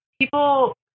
people